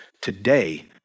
today